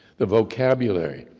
the vocabulary,